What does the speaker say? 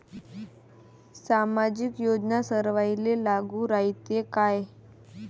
सामाजिक योजना सर्वाईले लागू रायते काय?